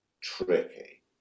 tricky